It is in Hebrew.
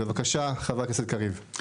בבקשה, חבר הכנסת קריב.